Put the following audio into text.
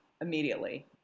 immediately